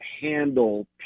handle